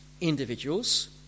individuals